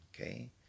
okay